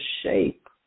shape